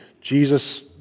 Jesus